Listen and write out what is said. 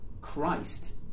Christ